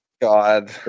God